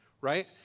right